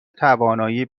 توانایی